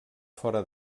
fora